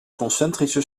concentrische